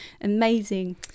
amazing